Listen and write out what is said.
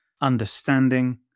understanding